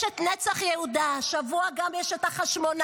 יש נצח יהודה, והשבוע גם יש חשמונאים.